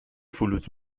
فلوت